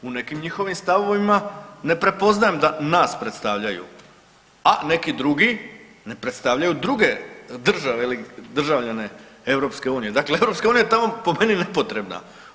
U nekim njihovim stavovima ne prepoznajem da nas predstavljaju, a neki drugi ne predstavljaju druge države ili državljane EU, dakle EU je po meni tamo nepotrebna.